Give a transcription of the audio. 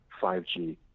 5G